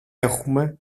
έχουμε